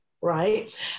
right